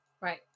right